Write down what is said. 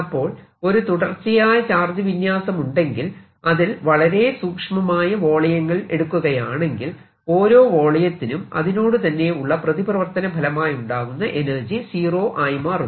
അപ്പോൾ ഒരു തുടർച്ചയായ ചാർജ് വിന്യാസമുണ്ടെങ്കിൽ അതിൽ വളരെ സൂക്ഷ്മമായ വോളിയങ്ങൾ എടുക്കുകയാണെങ്കിൽ ഓരോ വോളിയത്തിനും അതിനോട് തന്നെ ഉള്ള പ്രതിപ്രവർത്തന ഫലമായുണ്ടാകുന്ന എനർജി സീറോ ആയി മാറുന്നു